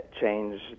change